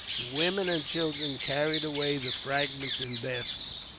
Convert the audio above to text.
the women and children carried away the fragments in baskets.